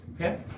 Okay